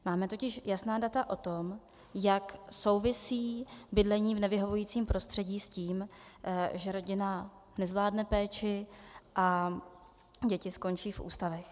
Máme totiž jasná data o tom, jak souvisí bydlení v nevyhovujícím prostředí s tím, že rodina nezvládne péči a děti skončí v ústavech.